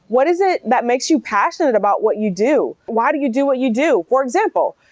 what is it that makes you passionate about what you do? why do you do what you do? for example,